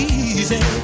easy